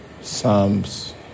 Psalms